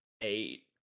eight